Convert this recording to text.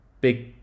big